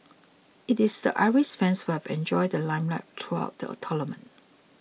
it is the Irish fans who have enjoyed the limelight throughout the tournament